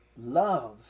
love